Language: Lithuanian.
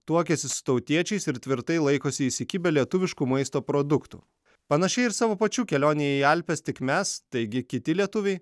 tuokiasi su tautiečiais ir tvirtai laikosi įsikibę lietuviškų maisto produktų panašiai ir savo pačių kelionę į alpes tik mes taigi kiti lietuviai